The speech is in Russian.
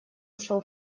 ушел